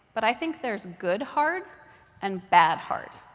but i think there's good hard and bad hard.